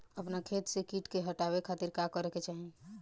अपना खेत से कीट के हतावे खातिर का करे के चाही?